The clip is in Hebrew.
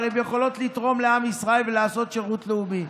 אבל הן יכולות לתרום לעם ישראל ולעשות שירות לאומי,